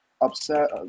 upset